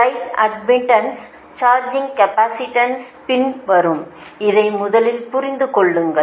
line admittance charging capacitance பின்னர் வரும் இதை முதலில் புரிந்து கொள்ளுங்கள்